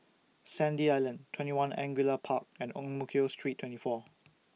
Sandy Island TwentyOne Angullia Park and Ang Mo Kio Street twenty four